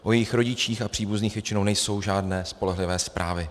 O jejich rodičích a příbuzných většinou nejsou žádné spolehlivé zprávy.